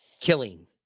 killing